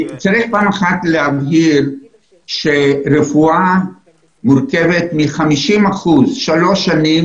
צריך פעם אחת להבהיר שרפואה מורכבת מ-50 אחוזים שלוש שנים